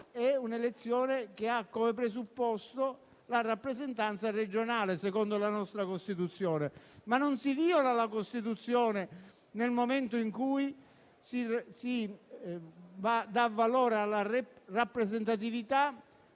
l'elezione del Senato ha come presupposto la rappresentanza regionale, secondo la nostra Costituzione. Non si viola però la Costituzione nel momento in cui si dà valore alla rappresentatività